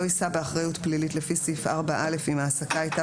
לא יישא באחריות פלילית לפי סעיף 4(א) אם ההעסקה הייתה